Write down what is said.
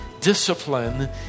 discipline